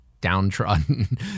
downtrodden